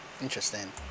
Interesting